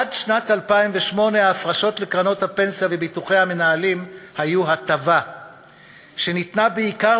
עד שנת 2008 ההפרשות לקרנות הפנסיה וביטוחי המנהלים היו הטבה שניתנה בעיקר